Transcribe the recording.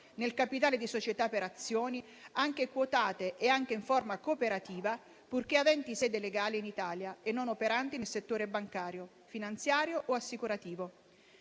nel capitale di società per azioni, anche quotate e anche in forma cooperativa, purché aventi sede legale in Italia e non operanti nel settore bancario, finanziario o assicurativo.